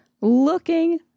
looking